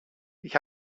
ich